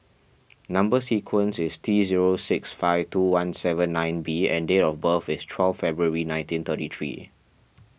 Number Sequence is T zero six five two one seven nine B and date of birth is twelve February nineteen thirty three